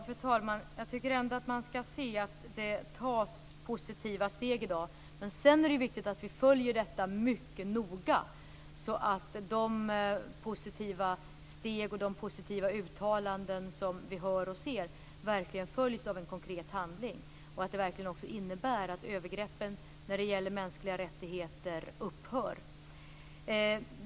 Fru talman! Jag tycker ändå att man skall se att det tas positiva steg i dag. Men sedan är det viktigt att vi följer detta mycket noga, så att de positiva steg och de positiva uttalanden som vi ser och hör verkligen följs av en konkret handling och att det verkligen också innebär att övergreppen när det gäller mänskliga rättigheter upphör.